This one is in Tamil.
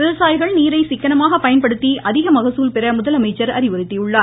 விவசாயிகள் நீரை சிக்கனமாக பயன்படுத்தி அதிக மக்குல் பெற முதலமைச்சர் அறிவுறுத்தியுள்ளார்